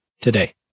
today